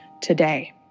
today